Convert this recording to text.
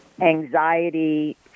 anxiety